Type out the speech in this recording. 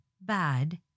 bad